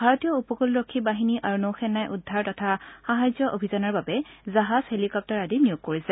ভাৰতীয় উপকূলৰক্ষী বাহিনী আৰু নৌসেনাই উদ্ধাৰ তথা সাহায্য অভিযানৰ বাবে জাহাজ হেলিকপ্তাৰ আদি নিয়োগ কৰিছে